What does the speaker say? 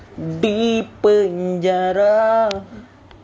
dipenjara